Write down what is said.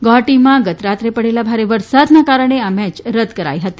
ગૌહાટીમાં ગત રાત્રે પડેલા ભારે વરસાદને કારણે આ મેચ રદ કરાઈ હતી